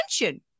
attention